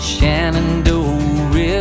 Shenandoah